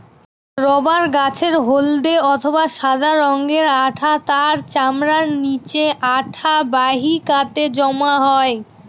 rubber গাছের হল্দে অথবা সাদা রঙের আঠা তার চামড়ার নিচে আঠা বাহিকাতে জমা হয়